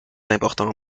important